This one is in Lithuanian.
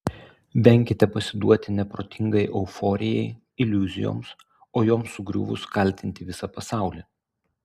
venkite pasiduoti neprotingai euforijai iliuzijoms o joms sugriuvus kaltinti visą pasaulį